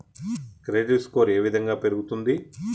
Credit score ఏ విధంగా పెరుగుతుంది?